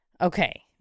Okay